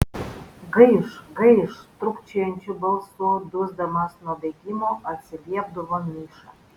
gaiš gaiš trūkčiojančiu balsu dusdamas nuo bėgimo atsiliepdavo miša